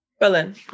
Berlin